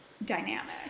dynamic